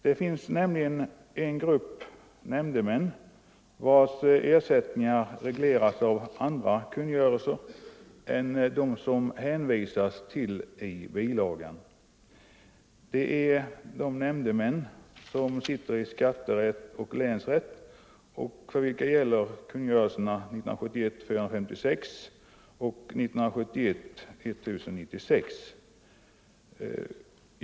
Det finns nämligen en grupp nämndemän vilkas ersättning regleras av andra kungörelser än dem man hänvisar till i budgetpropositionen. Det är de nämndemän som sitter i skatterätt och länsrätt och för vilka kungörelserna 1971:456 och 1971:1096 gäller.